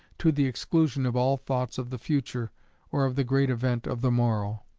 to the exclusion of all thoughts of the future or of the great event of the morrow.